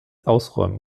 ausräumen